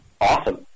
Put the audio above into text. awesome